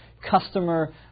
Customer